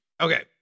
okay